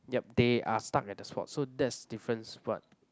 yup they are stuck at the spot so that's difference what